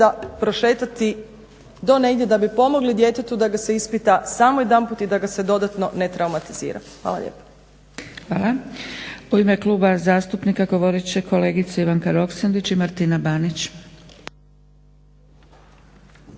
ureda prošetati do negdje da bi pomogli djetetu, da ga se ispita samo jedan put i da ga se dodatno ne traumatizira. Hvala lijepa. **Zgrebec, Dragica (SDP)** Hvala. U ime kluba zastupnika govorit će kolegice Ivanka Roksandić i Martina Banić.